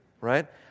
right